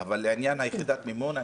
אבל לעניין יחידת המימון,